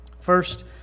first